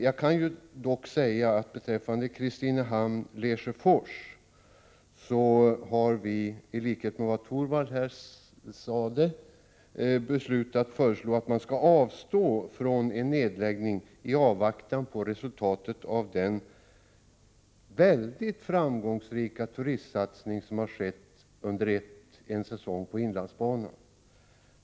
Jag kan dock säga att beträffande bandelen Kristinehamn-Lesjöfors har vi, i likhet med vad Rune Torwald sade, beslutat föreslå att man skall avstå från en nedläggning i avvaktan på resultatet av den väldigt framgångsrika turistsatsning som skett under en säsong på inlandsbanan.